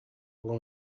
below